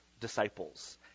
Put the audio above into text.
disciples